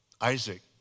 Isaac